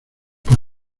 por